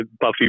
Buffy